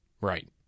Right